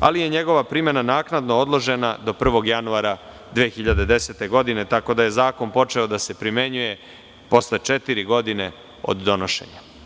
ali je njegova primena bila naknadno odložena do 01. januara 2010. godine, tako da je zakon počeo da se primenjuje posle četiri godine od donošenja.